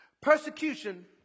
Persecution